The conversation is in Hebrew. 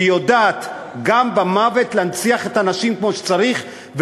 שיודעת גם במוות להנציח את זכר האנשים כמו שצריך,